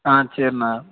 ஆ சரிண்ணா